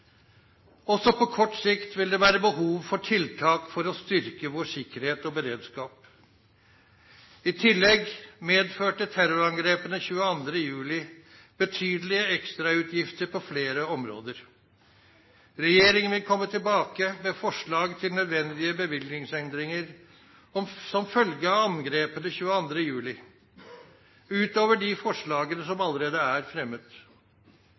Også på kort sikt vil det være behov for tiltak for å styrke vår sikkerhet og beredskap. I tillegg medførte terrorangrepene 22. juli betydelige ekstrautgifter på flere områder. Regjeringen vil komme tilbake med forslag til nødvendige bevilgningsendringer som følge av angrepene 22. juli, utover de forslagene som allerede er fremmet.